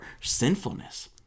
sinfulness